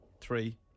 Three